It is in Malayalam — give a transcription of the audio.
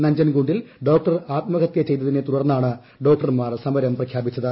നഞ്ചൻഗുണ്ടിൽ ഡോക്ടർ ആത്മഹത്യ ചെയ്തതിനെ തുടർന്നാണ് ഡോക്ടർമാർ സമരം പ്രഖ്യാപിച്ചത്